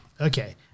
okay